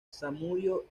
zamudio